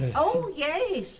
oh yes.